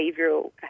behavioral